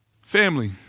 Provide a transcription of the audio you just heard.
Family